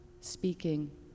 speaking